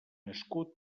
escut